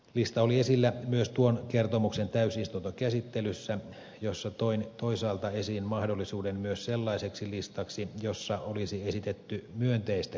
lista oli esillä myös tuon kertomuksen täysistuntokäsittelyssä jossa toin toisaalta esiin mahdollisuuden myös sellaiseksi listaksi jossa olisi esitetty myönteistä kehitystä